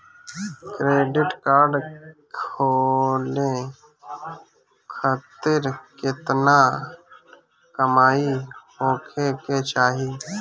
Credit card खोले खातिर केतना कमाई होखे के चाही?